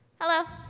Hello